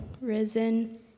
risen